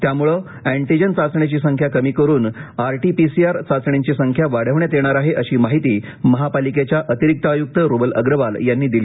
त्यामुळे अँटिजेन चाचण्याची संख्या कमी करून आरटीपीसीआर चाचण्यांची संख्या वाढवण्यात येणार आहे अशी माहिती महापालिकेच्या अतिरिक्त आयुक्त रूबल अग्रवाल यांनी दिली